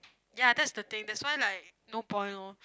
ya that's the thing that's why like no point lor